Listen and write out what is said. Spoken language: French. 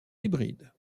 hybride